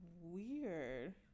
weird